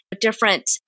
different